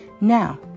Now